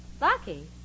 Lucky